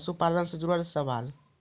पशुपालन से जुड़ल सवाल?